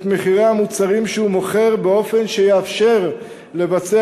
את מחירי המוצרים שהוא מוכר באופן שיאפשר לבצע